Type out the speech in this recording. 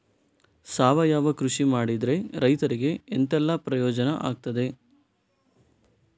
ಸಾವಯವ ಕೃಷಿ ಮಾಡಿದ್ರೆ ರೈತರಿಗೆ ಎಂತೆಲ್ಲ ಪ್ರಯೋಜನ ಆಗ್ತದೆ?